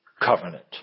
covenant